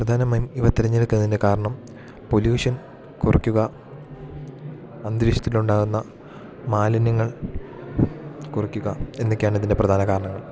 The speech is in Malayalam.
പ്രധാനമായും ഇവ തെരഞ്ഞെടുക്കുന്നതിൻ്റെ കാരണം പൊല്യൂഷൻ കുറക്കുക അന്തരീക്ഷത്തില് ഉണ്ടാകുന്ന മാലിന്യങ്ങൾ കുറക്കുക എന്നൊക്കെയാണ് ഇതിൻ്റെ പ്രധാന കാരണങ്ങൾ